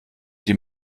die